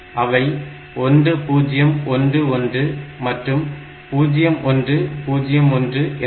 அவை 1 0 1 1 மற்றும் 0 1 0 1 என்க